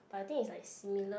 but I think is like similar